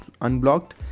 unblocked